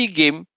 game